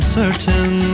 certain